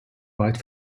weit